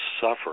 suffer